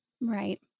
Right